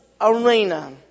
arena